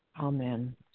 Amen